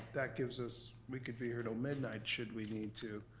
that gives us, we could be here til midnight should we need to,